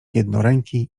jednoręki